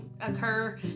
occur